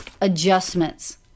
adjustments